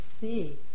see